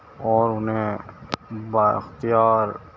اور انہیں با اختیار